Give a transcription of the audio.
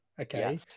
Okay